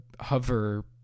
hover